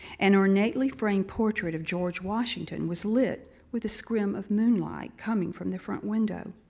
an ornately framed portrait of george washington was lit with a scrim of moonlight coming from the front window.